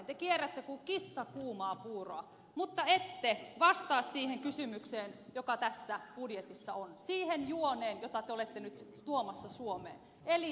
te kierrätte kuin kissa kuumaa puuroa mutta ette vastaa siihen kysymykseen joka tässä budjetissa on siihen juoneen jota te olette nyt tuomassa suomeen eli tähän tasaveromalliin